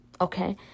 Okay